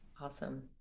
awesome